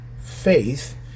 faith